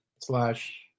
slash